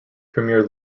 premier